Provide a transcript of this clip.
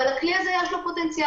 אבל הכלי הזה יש לו פוטנציאל,